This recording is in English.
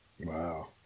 Wow